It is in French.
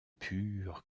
pur